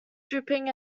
dripping